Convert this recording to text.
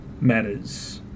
matters